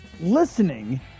listening